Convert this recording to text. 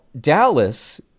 Dallas